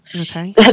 okay